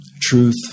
truth